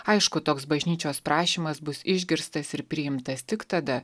aišku toks bažnyčios prašymas bus išgirstas ir priimtas tik tada